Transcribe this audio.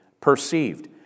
perceived